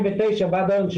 מ-2019 עד היום,